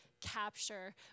Capture